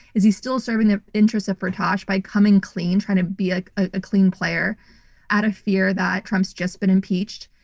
is he still serving the interests of firtash by coming clean, trying to be like a clean player out of fear that trump's just been impeached?